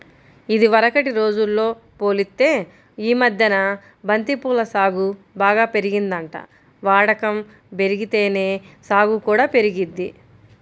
ఇదివరకటి రోజుల్తో పోలిత్తే యీ మద్దెన బంతి పూల సాగు బాగా పెరిగిందంట, వాడకం బెరిగితేనే సాగు కూడా పెరిగిద్ది